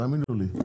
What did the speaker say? תאמינו לי.